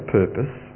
purpose